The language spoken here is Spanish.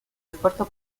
esfuerzo